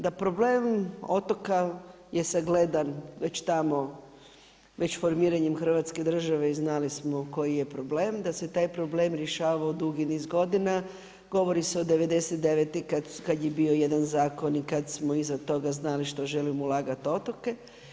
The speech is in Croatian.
Da problem otoka je sagledan već tamo, već formiranjem Hrvatske države i znali smo koji je problem, da se taj problem rješavao dugi niz godina, govori se o 99 kad je bio jedan zakon i kada smo iza toga znali što želimo ulagati u otoke.